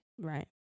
right